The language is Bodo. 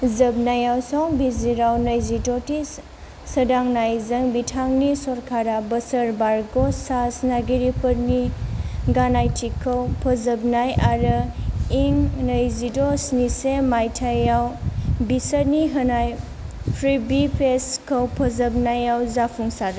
जोबनायाव संबिजिराव नैजिद' थि सोदांनायजों बिथांनि सरकारा बोसोर बारग' सासिनागिरिफोरनि गनायथिखौ फोजोबनाय आरो इं नैजिद' स्निजिसे माइथायाव बिसोरनो होनाय प्रिवी पेसखौ फोजोबनायाव जाफुंसारो